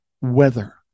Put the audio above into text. weather